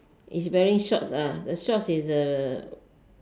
he is wearing shorts the shorts is the